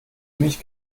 mich